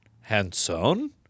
Hanson